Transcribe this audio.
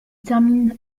termine